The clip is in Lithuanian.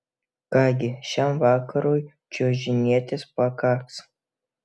ką gi šiam vakarui čiuožinėtis pakaks